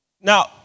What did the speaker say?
Now